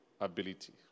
ability